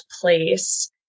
place